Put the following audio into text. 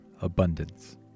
abundance